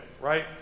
right